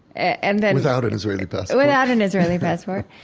and then, without an israeli passport without an israeli passport.